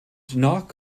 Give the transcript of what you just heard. knock